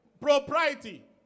Propriety